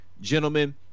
gentlemen